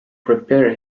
prepare